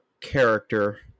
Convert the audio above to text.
character